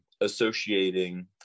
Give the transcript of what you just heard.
associating